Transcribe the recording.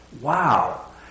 wow